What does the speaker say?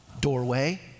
doorway